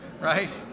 right